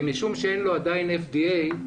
משום שאין לו עדיין FBA,